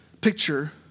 picture